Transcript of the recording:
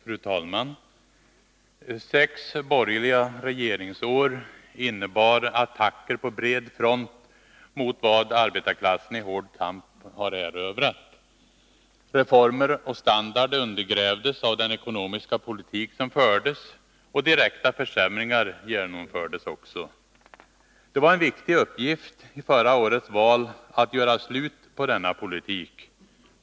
Fru talman! Sex borgerliga regeringsår innebar attacker på bred front mot vad arbetarklassen i hård kamp erövrat. Reformer och standard undergrävdes av den ekonomiska politik som fördes. Direkta försämringar genomfördes också. Det var en viktig uppgift i förra årets val att göra slut på denna politik.